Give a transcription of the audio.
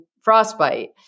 frostbite